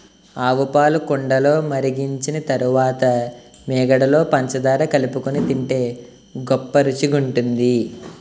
ఆవుపాలు కుండలో మరిగించిన తరువాత మీగడలో పంచదార కలుపుకొని తింటే గొప్ప రుచిగుంటది